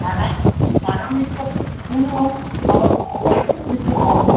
টাকার টাকা নিচ্ছে পুরো আবার গ্যাস দিচ্ছে কম